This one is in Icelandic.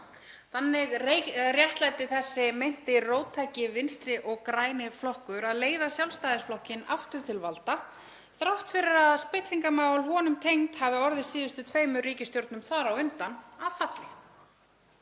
Þannig réttlætti þessi meinti róttæki vinstri og græni flokkur að leiða Sjálfstæðisflokkinn aftur til valda þrátt fyrir að spillingarmál honum tengd hafi orðið síðustu tveimur ríkisstjórnum þar á undan að falli.